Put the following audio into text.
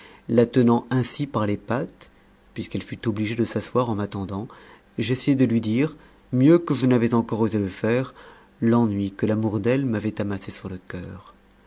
la tenant ainsi par les pattes puisqu'elle fut obligée de s'asseoir en m'attendant j'essayai de lui dire mieux que je n'avais encore osé le faire l'ennui que l'amour d'elle m'avait amassé sur le coeur